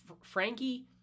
Frankie